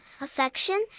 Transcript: affection